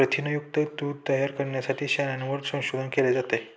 प्रथिनयुक्त दूध तयार करण्यासाठी शेळ्यांवर संशोधन केले जाते